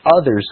others